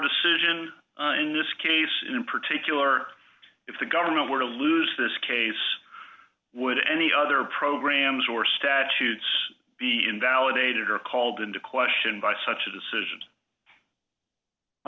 decision in this case in particular if the government were to lose this case would any other programs or statutes be invalidated or called into question by such a decision well